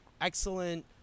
excellent